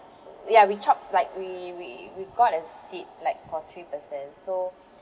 ya we chop like we we we got a seat like for three person so